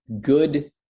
good